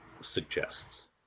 suggests